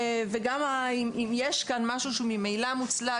וגם אם יש כאן משהו שהוא ממילא מוצלב,